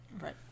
right